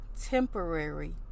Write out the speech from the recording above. temporary